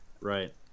Right